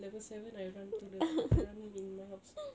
level seven I run to the I run in my house